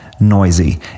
Noisy